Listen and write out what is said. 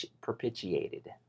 propitiated